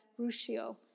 Ruscio